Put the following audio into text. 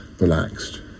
relaxed